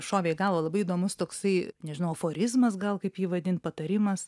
šovė į galvą labai įdomus toksai nežinau aforizmas gal kaip jį vadint patarimas